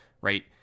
right